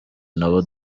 nabo